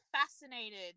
fascinated